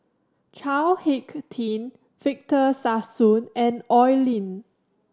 Chao Hick Tin Victor Sassoon and Oi Lin